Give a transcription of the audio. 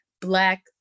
black